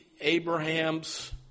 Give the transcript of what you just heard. Abraham's